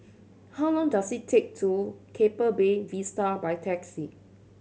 how long does it take to Keppel Bay Vista by taxi